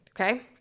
okay